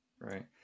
right